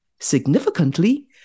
Significantly